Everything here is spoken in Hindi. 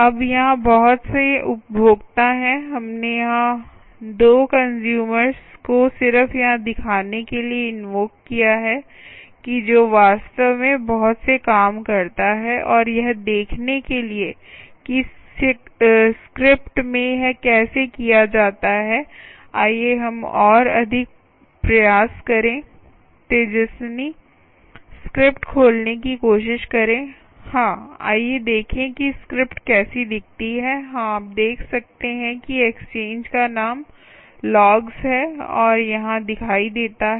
अब यहाँ बहुत से उपभोक्ता हैं हमने यहाँ 2 कंस्यूमर्स को सिर्फ यह दिखाने के लिए इन्वोक किया है कि जो वास्तव में बहुत से काम करता है और यह देखने के लिए कि स्क्रिप्ट में यह कैसे किया जाता है आइए हम और अधिक प्रयास करें तेजस्विनी स्क्रिप्ट खोलने की कोशिश करें हाँ आइए देखें कि स्क्रिप्ट कैसी दिखती है हाँ आप देख सकते हैं कि एक्सचेंज का नाम लॉगस है और यहाँ दिखाई देता है